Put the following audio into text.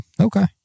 Okay